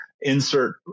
insert